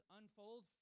unfold